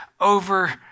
over